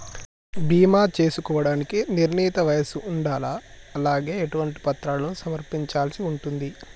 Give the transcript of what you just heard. బీమా చేసుకోవడానికి నిర్ణీత వయస్సు ఉండాలా? అలాగే ఎటువంటి పత్రాలను సమర్పించాల్సి ఉంటది?